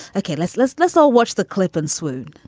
okay let's let's let's all watch the clip and swoon.